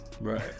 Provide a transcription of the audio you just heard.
Right